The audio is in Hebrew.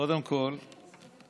קודם כול,